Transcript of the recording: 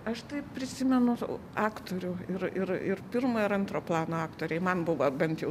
aš tai prisimenu aktorių ir ir ir pirmo ir antro plano aktoriai man buvo bent jau